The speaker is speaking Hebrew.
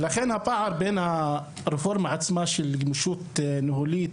ולכן הפער בין הרפורמה עצמה של גמישות ניהולית